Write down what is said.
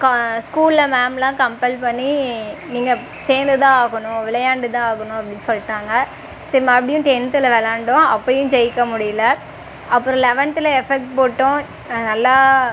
கா ஸ்கூலில்ல மேம்லாம் கம்ப்பல் பண்ணி நீங்கள் சேர்ந்து தான் ஆகணும் விளையாண்டு தான் ஆகணும் அப்படின்னு சொல்லிட்டாங்க சரி மறுபடியும் டென்த்தில் விளாண்டோம் அப்போயும் ஜெயிக்க முடியல அப்புறம் லெவன்த்தில் எஃபெக்ட் போட்டோம் நல்லா